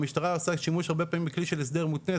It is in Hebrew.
המשטרה עושה שימוש הרבה פעמים בכלי של הסדר מותנה.